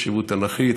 חשיבות תנ"כית,